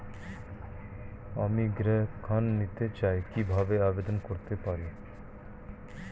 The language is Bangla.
আমি গৃহ ঋণ নিতে চাই কিভাবে আবেদন করতে পারি?